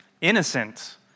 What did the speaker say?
innocent